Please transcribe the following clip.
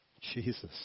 Jesus